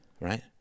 right